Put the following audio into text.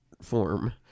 form